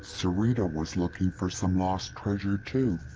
sarita was looking for some lost treasure too.